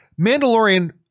Mandalorian